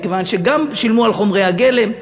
מכיוון שגם שילמו על חומרי הגלם.